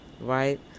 Right